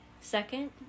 Second